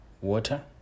water